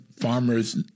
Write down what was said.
farmers